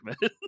man